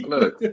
Look